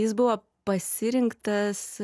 jis buvo pasirinktas